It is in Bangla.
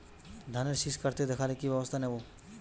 ধানের শিষ কাটতে দেখালে কি ব্যবস্থা নেব?